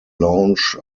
launch